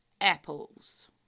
apples